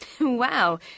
Wow